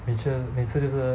每次每次就是